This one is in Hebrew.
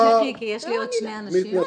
תהילה, תמשיכי כי יש עוד שני אנשים.